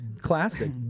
classic